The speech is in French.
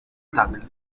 table